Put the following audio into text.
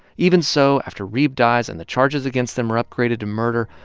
even so, after reeb dies and the charges against them are upgraded to murder,